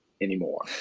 anymore